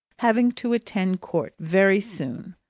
having to attend court very soon.